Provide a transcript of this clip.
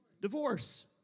divorce